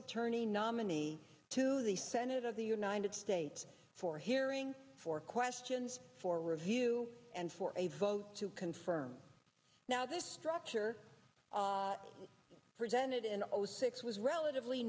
attorney nominee to the senate of the united states for hearing four questions for review and for a vote to confirm now this structure for senate in zero six was relatively